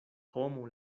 homo